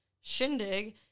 shindig